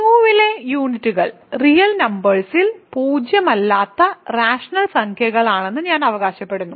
Q ലെ യൂണിറ്റുകൾ real നമ്പേഴ്സിൽ പൂജ്യമല്ലാത്ത റാഷണൽ സംഖ്യകളാണെന്ന് ഞാൻ അവകാശപ്പെടുന്നു